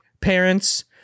parents